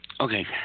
Okay